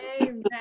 amen